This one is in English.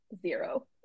Zero